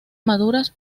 maduras